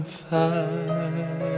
fire